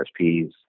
RSPs